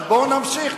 אז בואו נמשיך.